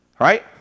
right